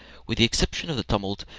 with the exception of the tumult,